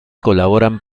colaboran